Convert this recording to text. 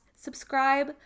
subscribe